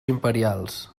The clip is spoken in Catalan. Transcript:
imperials